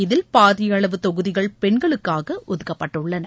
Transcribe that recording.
இதில் பாதியளவு தொகுதிகள் பெண்களுக்காக ஒதுக்கப்பட்டுள்ளன